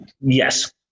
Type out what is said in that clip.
Yes